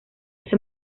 ese